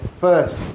First